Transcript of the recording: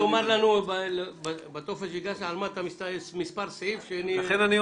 רק תאמר לנו מספר סעיף מהטופס שהגשת על מנת שנהיה יעילים.